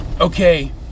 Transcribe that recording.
okay